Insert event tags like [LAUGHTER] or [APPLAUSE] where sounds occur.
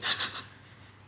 [LAUGHS]